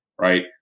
right